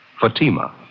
Fatima